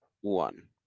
one